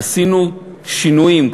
עשינו שינויים.